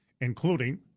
including